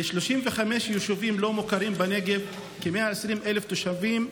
ל-35 יישובים לא מוכרים בנגב, כ-120,000 תושבים,